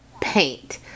paint